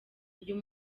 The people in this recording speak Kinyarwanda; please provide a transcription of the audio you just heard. uyu